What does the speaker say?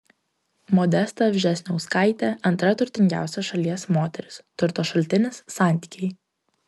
modesta vžesniauskaitė antra turtingiausia šalies moteris turto šaltinis santykiai